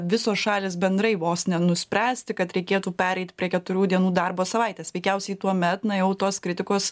visos šalys bendrai vos nenuspręsti kad reikėtų pereit prie keturių dienų darbo savaitės veikiausiai tuomet na jau tos kritikos